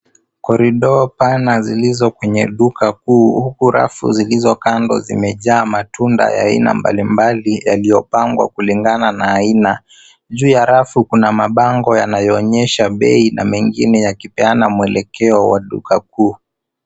Korido pana zilizo kwenye duka kuu, huku rafu zilizo kando zimejaa matunda ya aina mbalimbali yaliyopangwa kulingana na aina. Juu ya rafu kuna mabango yanayoonyesha bei na mengine yakipeana mwelekeo wa duka kuu.